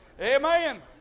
amen